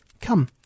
Come